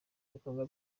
ibikorwa